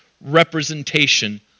representation